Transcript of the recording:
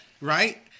Right